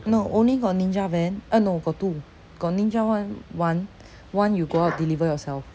no only got ninja van uh no got two ninja got ninja [one] one one you go out deliver yourself